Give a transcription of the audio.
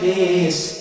Peace